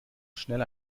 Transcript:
schnell